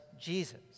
Jesus